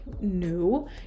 new